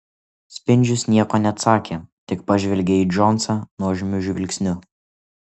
spindžius nieko neatsakė tik pažvelgė į džonsą nuožmiu žvilgsniu